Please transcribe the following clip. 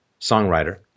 songwriter